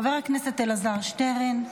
חבר הכנסת אלעזר שטרן,